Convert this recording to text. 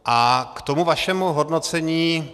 A k tomu vašemu hodnocení.